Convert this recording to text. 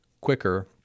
quicker